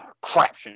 crap